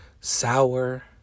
Sour